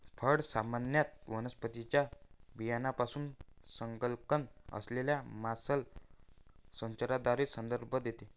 फळ सामान्यत वनस्पतीच्या बियाण्याशी संलग्न असलेल्या मांसल संरचनेचा संदर्भ देते